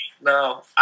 No